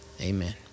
amen